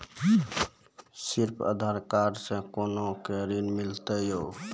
सिर्फ आधार कार्ड से कोना के ऋण मिलते यो?